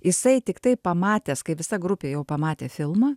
jisai tiktai pamatęs kai visa grupė jau pamatė filmą